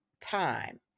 time